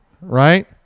right